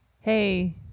hey